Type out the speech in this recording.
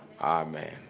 Amen